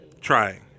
Trying